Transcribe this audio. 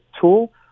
tool